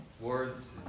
words